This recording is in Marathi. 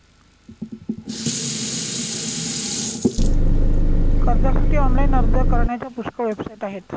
कर्जासाठी ऑनलाइन अर्ज करण्याच्या पुष्कळ वेबसाइट आहेत